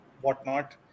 whatnot